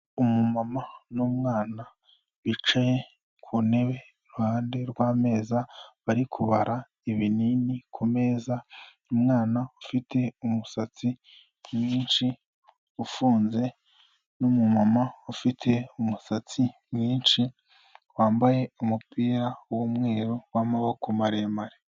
Umumama n'umwana bicaye ku ntebe iruhande rw'ameza bari kubara ibinini ku meza, umwana ufite umusatsi mwinshi ufunze n'umumama ufite umusatsi mwinshi wambaye umupira w'umweru w'amaboko maremare.